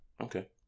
Okay